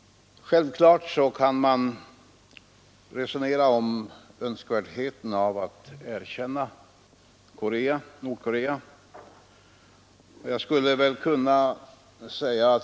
Självklart kan man resonera om önskvärdheten av att erkänna Nordkorea.